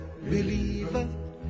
believer